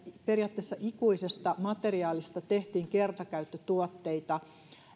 periaatteessa ikuisesta materiaalista tehtiin kertakäyttötuotteita